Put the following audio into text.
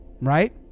right